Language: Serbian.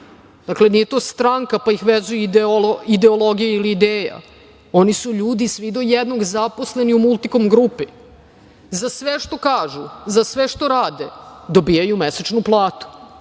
Dakle, nije to stranka, pa ih vezuje ideologija ili ideja, oni su ljudi svi do jednog zaposleni u Multikom grupi. Za sve što kažu, za sve što rade dobijaju mesečnu platu,